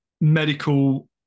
medical